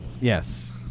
Yes